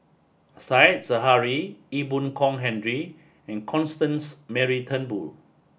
Said Zahari Ee Boon Kong Henry and Constance Mary Turnbull